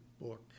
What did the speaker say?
book